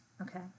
Okay